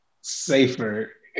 safer